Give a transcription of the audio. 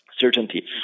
certainty